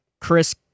chris